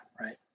right